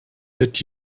did